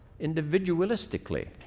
individualistically